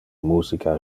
musica